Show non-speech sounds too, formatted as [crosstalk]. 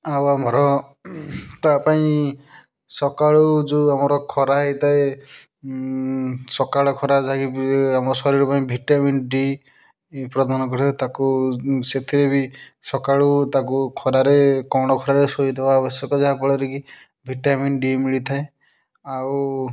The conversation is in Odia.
ଆଉ ଆମର ତା ପାଇଁ ସକାଳୁ ଯେଉଁ ଆମର ଖରା ହେଇଥାଏ ସକାଳ ଖରା [unintelligible] ଆମ ଶରୀର ପାଇଁ ଭିଟାମିନ ଡି ପ୍ରଦାନ କରିଥାଏ ତାକୁ ସେଥିରେ ବି ସକାଳୁ ତାକୁ ଖରାରେ କଅଳଁ ଖରାରେ ଶୋଇ ଦବା ଆବଶ୍ୟକ ଯାହାଫଳରେ କି ଭିଟାମିନ ଡି ମିଳିଥାଏ ଆଉ